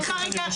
סליחה רגע,